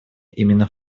именно